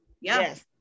Yes